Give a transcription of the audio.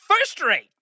first-rate